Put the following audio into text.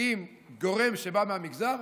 עם גורם שבא מהמגזר,